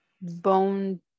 Bone